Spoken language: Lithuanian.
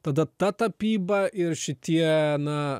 tada ta tapyba ir šitie na